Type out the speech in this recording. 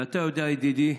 ואתה יודע, ידידי,